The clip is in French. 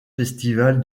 festival